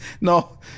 No